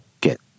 get